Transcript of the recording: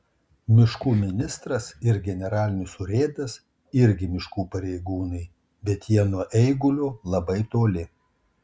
miškų ministras ir generalinis urėdas irgi miškų pareigūnai bet jie nuo eigulio labai toli